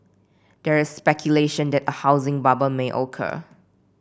there is speculation that a housing bubble may occur